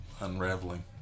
unraveling